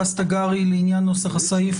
הדס תגרי, בבקשה, לעניין נוסח הסעיף.